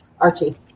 Archie